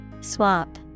Swap